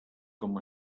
com